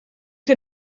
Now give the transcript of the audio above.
que